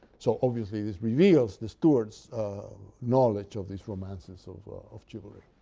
so, obviously, this reveals the steward's knowledge of these romances of of chivalry.